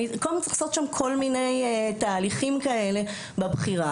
צריך לעשות כל מיני תהליכים בבחירה.